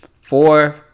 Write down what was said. four